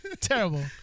Terrible